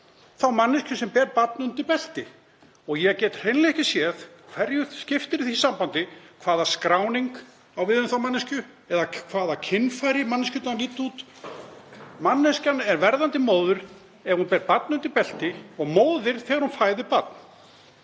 þá manneskju sem ber barn undir belti. Ég get hreinlega ekki séð hverju það skiptir í því sambandi hvaða skráning á við um þá manneskju eða hvernig kynfæri manneskjunnar líta út. Manneskjan er verðandi móðir ef hún ber barn undir belti og móðir þegar hún fæðir barn.